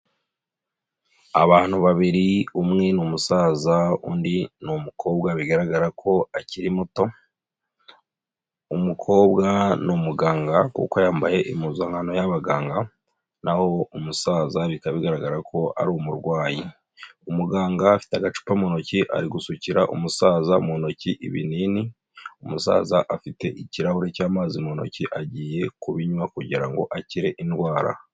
Abantu babiri, umwe ni umusaza undi ni umukobwa bigaragara ko akiri muto, umukobwa ni umuganga kuko yambaye impuzankano y'abaganga naho umusaza bikaba bigaragara ko ari umurwayi, umuganga afite agacupa mu ntoki, ari gusukira umusaza mu ntoki ibinini, umusaza afite ikirahure cy'amazi mu ntoki, agiye kubinywa kugira ngo akire indwara.